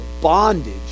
bondage